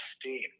steam